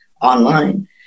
online